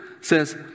says